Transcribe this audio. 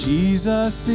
Jesus